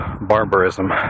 barbarism